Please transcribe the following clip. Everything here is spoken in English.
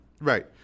right